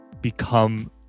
become